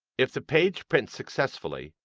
if the page prints successfully,